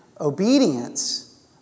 Obedience